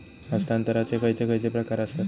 हस्तांतराचे खयचे खयचे प्रकार आसत?